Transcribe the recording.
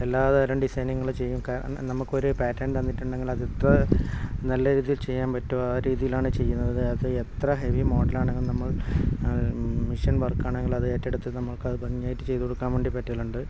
എല്ലാതരം ഡിസൈനിങ്ങിലും ചെയ്യും നമുക്കൊരു പാറ്റേൺ തന്നിട്ടുണ്ടെങ്കിൽ അതത്ര നല്ല രീതിയിൽ ചെയ്യാൻ പറ്റുമോ ആ രീതിയിലാണ് ചെയ്യുന്നത് അത് എത്ര ഹെവി മോഡലാണെങ്കിലും നമ്മൾ മിഷ്യൻ വർക്കാണെങ്കിൽ അതേറ്റെടുത്ത് നമുക്കത് ഭംഗിയായി ചെയ്തുകൊടുക്കാൻ വേണ്ടി പറ്റലുണ്ട്